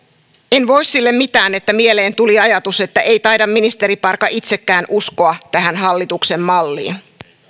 en voi sille mitään että mieleen tuli ajatus että ei taida ministeriparka itsekään uskoa tähän hallituksen malliin